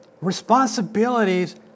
responsibilities